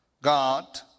God